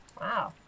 Wow